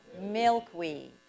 Milkweed